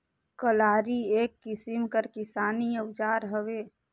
कलारी एक किसिम कर किसानी अउजार हवे